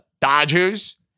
Dodgers